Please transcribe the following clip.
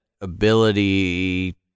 ability